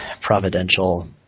providential